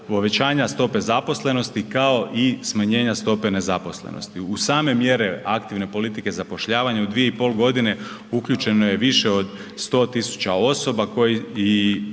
povećanja stope zaposlenosti, kao i smanjenja stope nezaposlenosti. U same mjere aktivne politike zapošljavanja u 2,5.g. uključeno je više od 100 000 osoba koje,